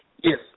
Yes